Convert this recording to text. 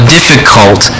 difficult